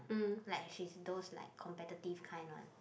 like she is those like competitive kind one